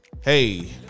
Hey